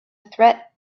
threat